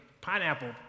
pineapple